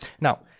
Now